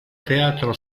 teatro